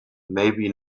maybe